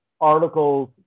articles